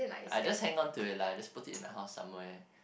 I just hang on to it lah just put it in the house somewhere